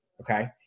Okay